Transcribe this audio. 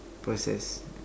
processed